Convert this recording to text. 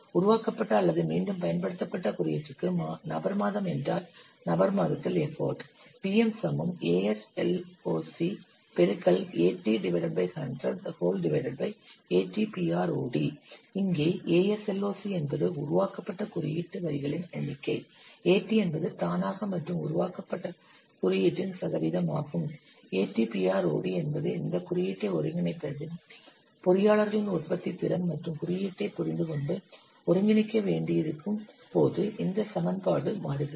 உருவாக்கப்பட்ட அல்லது மீண்டும் பயன்படுத்தப்பட்ட குறியீட்டிற்கு நபர் மாதம் என்றால் நபர் மாதத்தில் எஃபர்ட் இங்கே ASLOC என்பது உருவாக்கப்பட்ட குறியீட்டு வரிகளின் எண்ணிக்கை AT என்பது தானாக மாற்றம் உருவாக்கப்பட்ட குறியீட்டின் சதவீதமாகும் ATPROD என்பது இந்த குறியீட்டை ஒருங்கிணைப்பதில் பொறியாளர்களின் உற்பத்தித்திறன் மற்றும் குறியீட்டைப் புரிந்துகொண்டு ஒருங்கிணைக்க வேண்டியிருக்கும் போது இந்த சமன்பாடு மாறுகிறது